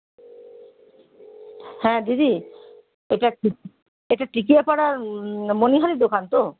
হ্যাঁ দিদি এটা টিকি এটা টিকিয়াপাড়ার মনিহারির দোকান তো